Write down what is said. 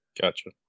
gotcha